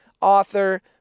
author